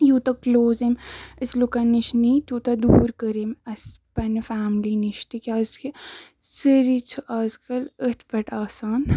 یوٗتاہ کٕلوز أمۍ أسۍ لُکَن نِش نی تیوٗتاہ دوٗر کٔرۍ أمۍ اَسہِ پنٛنہِ فیملی نِش تِکیٛازِکہِ سٲری چھِ اَزکَل أتھی پٮ۪ٹھ آسان